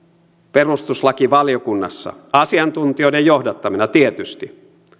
perustuslakivaliokunnassa asiantuntijoiden johdattamina tietysti